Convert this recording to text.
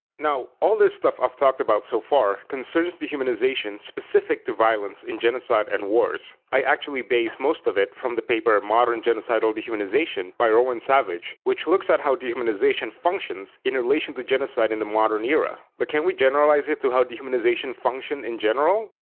now, all this stuff i've talked about so far concerns dehumanization specific to violence in genocide and wars. i actually base most of it from the paper modern genocidal dehumanization by rowan savage which looks at how dehumanization functions in relation to genocide in the modern era. but can we generalize it to how dehumanization function in general?